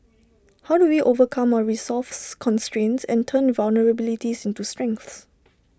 how do we overcome our resource constraints and turn vulnerabilities into strengths